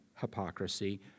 hypocrisy